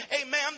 Amen